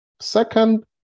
Second